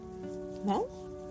No